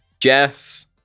Jess